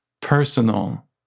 personal